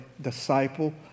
disciple